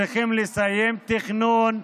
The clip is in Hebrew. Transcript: צריכים לסיים תכנון.